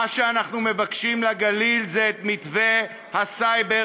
מה שאנחנו מבקשים לגליל זה את מתווה הסייבר